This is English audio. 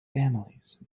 families